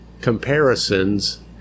comparisons